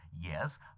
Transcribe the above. Yes